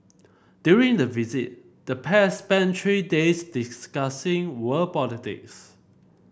during the visit the pair spent three days discussing world politics